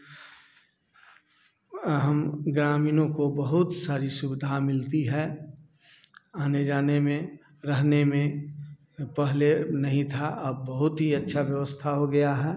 हम ग्रामीणों को बहुत सारी सुविधा मिलती है आने जाने में रहने में पहले नहीं था अब बहुत ही अच्छा व्यवस्था हो गया है